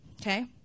okay